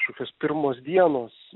kažkokios pirmos dienos